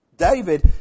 David